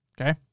Okay